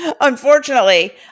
Unfortunately